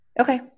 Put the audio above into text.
okay